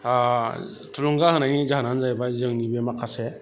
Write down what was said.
थुलुंगा होनायनि जाहोनानो जाहैबाय जोंनि बे माखासे